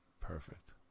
Perfect